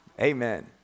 Amen